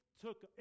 Took